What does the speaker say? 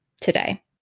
today